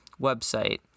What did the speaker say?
website